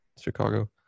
Chicago